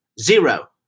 zero